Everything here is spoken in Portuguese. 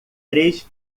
três